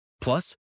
Plus